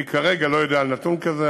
אני כרגע לא יודע על נתון כזה.